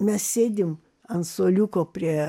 mes sėdim ant suoliuko prie